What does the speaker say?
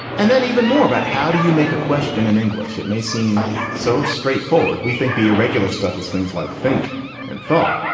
and then even more about how do you make a question in english? it may seem so straightforward. we think the irregular stuff is things like think and thought.